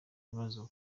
bibazo